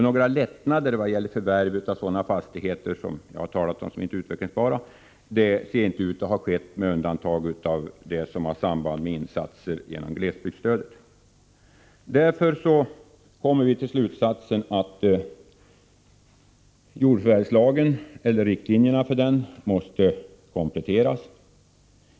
Några lättnader när det gäller förvärv av fastigheter som inte är utvecklingsbara tycks det inte ha blivit — med undantag av det som har samband med glesbygdsstödet. Därför kommer vi till slutsatsen att riktlinjerna för jordförvärvslagen måste kompletteras.